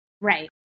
right